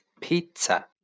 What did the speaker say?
pizza